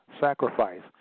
sacrifice